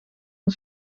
een